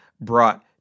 brought